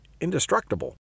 indestructible